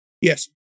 Yes